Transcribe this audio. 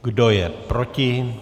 Kdo je proti?